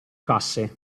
casse